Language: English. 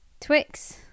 Twix